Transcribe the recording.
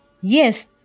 Yes